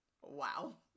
Wow